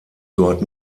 dort